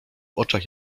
oczach